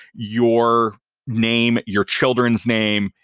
your name, your children's name,